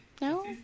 No